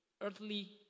earthly